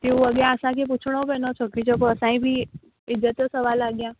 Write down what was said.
जी हो अॻियां असांखे पुछिणो पवंदो छो की जेको असांजे बि इज़तु जो सुवाल आहे अॻियां